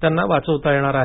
त्यांना मिळणार आहे